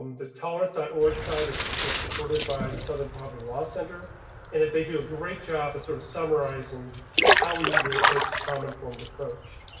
um the tolerance dot org site is is supported by the southern poverty law center and if they do a great job sort of summarizing how we need to approach the trauma informed approach.